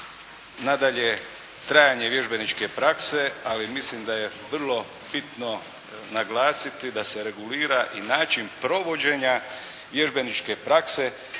nadalje trajanje vježbeničke prakse, ali mislim da je vrlo bitno naglasiti da se regulira i način provođenja vježbeničke prakse